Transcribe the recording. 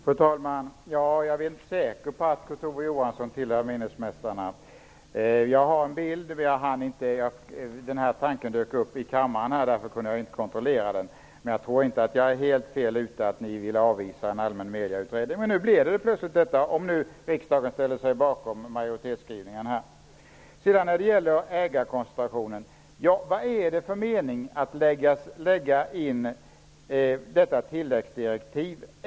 Fru talman! Jag är säker på att Kurt Ove Johansson tillhör minnesmästarna. Vad gäller det jag sade, dök tanken upp här i kammaren, och jag hade därför ingen möjlighet att kontrollera den. Jag tror emellertid inte att jag är helt fel ute om jag säger att ni vill avvisa en allmän mediautredning, men om riksdagen ställer sig bakom utskottsmajoritetens förslag, får vi i alla fall en sådan. Sedan till frågan om ägarkoncentrationen. Vad är meningen med att lägga in detta tilläggsdirektiv?